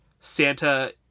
Santa